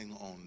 on